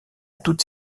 toutes